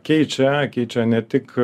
keičia keičia ne tik